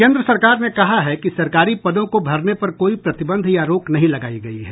केंद्र सरकार ने कहा है कि सरकारी पदों को भरने पर कोई प्रतिबंध या रोक नहीं लगायी गई है